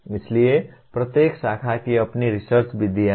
इसलिए प्रत्येक शाखा की अपनी रिसर्च विधियाँ हैं